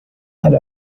had